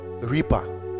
reaper